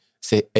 say